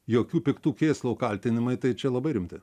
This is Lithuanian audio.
jokių piktų kėslų o kaltinimai tai čia labai rimti